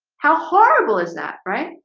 how horrible is that, right?